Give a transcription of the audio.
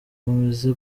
bamaze